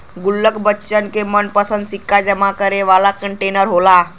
गुल्लक बच्चन क मनपंसद सिक्का जमा करे वाला कंटेनर होला